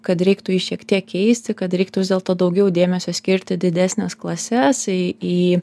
kad reiktų jį šiek tiek keisti kad reiktų vis dėlto daugiau dėmesio skirt į didesnes klases tai į